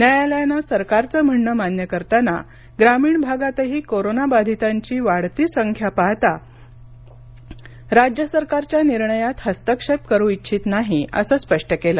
न्यायालयानं सरकारचं म्हणणं मान्य करताना ग्रामीण भागातही कोरोनाबाधितांची वाढती संख्या पाहता राज्य सरकारच्या निर्णयात हस्तक्षेप करू इच्छित नाही असं स्पष्ट केलं